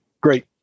great